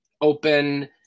open